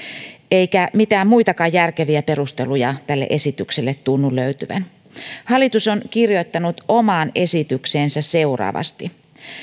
eikä mitään muitakaan järkeviä perusteluja tälle esitykselle tunnu löytyvän hallitus on kirjoittanut omaan esitykseensä seuraavasti